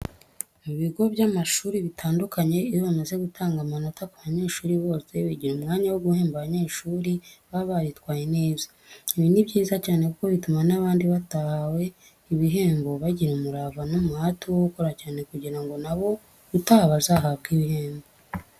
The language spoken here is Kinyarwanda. Mu bigo by'amashuri bitandukanye iyo bimaze gutanga amanota ku banyeshuri bose, bigira umwanya wo guhemba banyeshuri baba baritwaye neza. Ibi ni byiza cyane kuko bituma n'abandi batahawe ibihembo bagira umurava n'umuhate wo gukora cyane kugira ngo na bo ubutaha bazahabwe ibihembo.